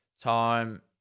time